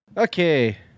Okay